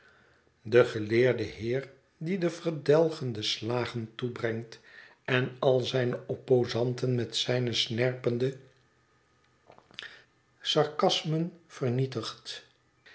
de geleerde heer die de verdelgende slagen toebrengt en al zijne opposanten met zijne snerpende sarcasmen vernietigt